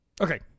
Okay